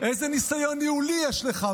איזה ניסיון ניהולי יש לך?